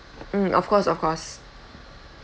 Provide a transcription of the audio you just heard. mm of course of course